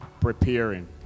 preparing